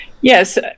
yes